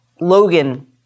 Logan